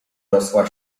rosła